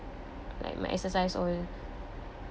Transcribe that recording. like my exercise all